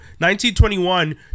1921